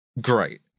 great